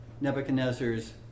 Nebuchadnezzar's